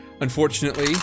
Unfortunately